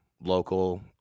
local